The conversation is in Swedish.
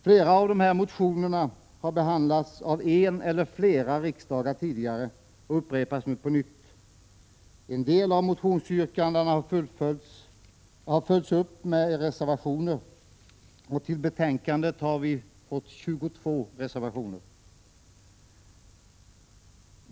Flera av dessa motioner har behandlats av en eller flera riksdagar tidigare och upprepas nu på nytt. En del av motionsyrkandena har följts upp med reservationer. Till betänkandet har fogats 22 reservationer. Herr talman!